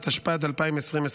התשפ"ד 2024,